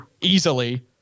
easily